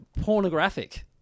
pornographic